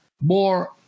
More